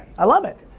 i love it.